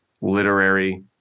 literary